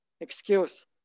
excuse